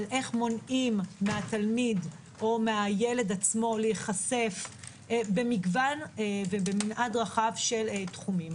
על איך מונעים מהתלמיד או מהילד עצמו להיחשף במנעד רחב של תחומים.